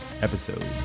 episode